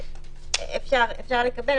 אפשר לקבל.